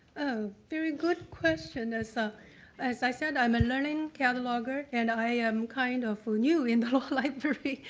very good question. as ah as i said, i'm a learning cataloger and i am kind of new in the law library.